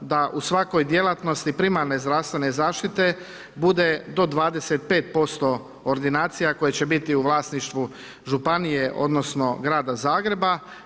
da u svakoj djelatnosti primarne zdravstvene zaštite bude od 25% ordinacija koje će biti u vlasništvu županije, odnosno Grada Zagreba.